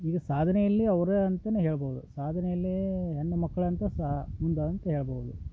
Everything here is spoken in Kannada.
ಈಗ ಸಾಧನೆಯಲ್ಲಿ ಅವ್ರು ಅಂತನೆ ಹೇಳ್ಬೋದು ಸಾಧನೆಯಲ್ಲಿ ಹೆಣ್ಮಕ್ಕಳಂತೂ ಸಹ ಮುಂದ ಅಂತ ಹೇಳ್ಬೋದು